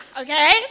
Okay